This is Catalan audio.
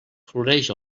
floreix